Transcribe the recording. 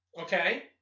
Okay